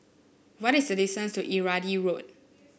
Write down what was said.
what is the distance to Irrawaddy Road